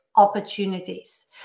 opportunities